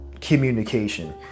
communication